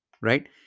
right